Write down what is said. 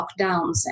lockdowns